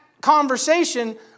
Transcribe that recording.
conversation